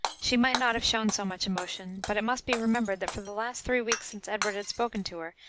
she might not have shown so much emotion, but it must be remembered that for the last three weeks since edward had spoken to her,